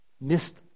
Missed